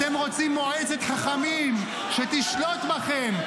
אתם רוצים מועצת חכמים שתשלוט בכם,